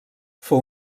fou